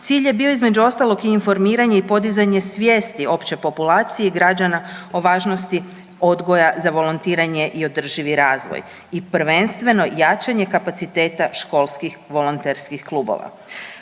Cilj je bio između ostalog i informiranje i podizanje svijesti opće populacije i građana o važnosti odgoja za volontiranje i održivi razvoj i prvenstveno jačanje kapaciteta školskih volonterskih klubova.